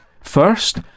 First